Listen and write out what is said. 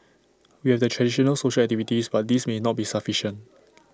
we have the traditional social activities but these may not be sufficient